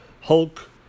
Hulk